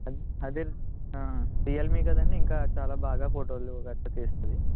అది అదెన్ రియల్మీ కదండి ఇంకా చాలా బాగా ఫోటోలు కట్టా తీస్తుంది